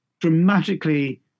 dramatically